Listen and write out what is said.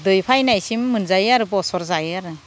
दै फैनायसिम मोनजायो आरो बोसोर जायो आरो